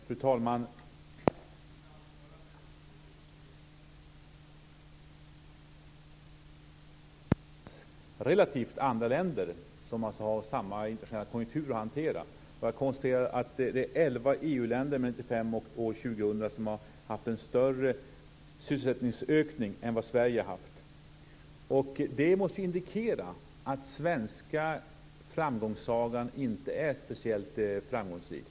Fru talman! I mitt anförande beskrev jag det intressanta i hur arbetsmarknadsläget har utvecklats relativt andra länder som har samma internationella konjunktur att hantera. Jag konstaterar att det är elva EU-länder mellan 1995 och 2000 som har haft en större sysselsättningsökning än vad Sverige har haft. Det måste indikera att den svenska framgångssagan inte är speciellt framgångsrik.